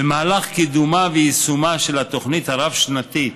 במהלך קידומה ויישומה של התוכנית הרב-שנתית,